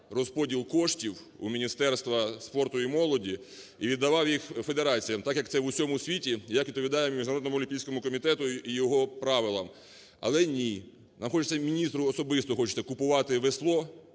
розподіл коштів у Міністерства спорту і молоді і віддавав їх федераціям, так, як це в усьому світі як відповідає Міжнародному олімпійському комітету і його правилам. Але, ні, нам хочеться міністру особисто хочеться купувати весло,